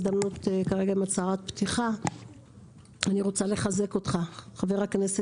כי ברגע שאתה אומר שיש התנהלות של ספק שאתה מוריד את העצימות,